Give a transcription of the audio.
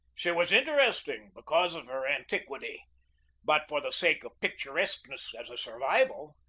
she was interesting because of her antiquity but for the sake of picturesqueness as a survival,